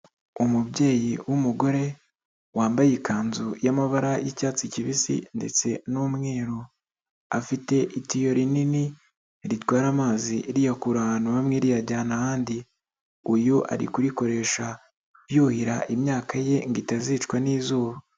Umubyeyi w'umugore wambaye ikanzu y'amabara y'icyatsi kibisi ndetse n'umweru, afite itiyo rinini ritwara amazi riyakura ahantu hamwe riyajyana ahandi, uyu ari kurikoresha yuhira imyaka ye ngo itazicwa n'izuba.